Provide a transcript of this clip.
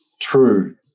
true